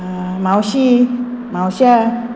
मावशी मावश्या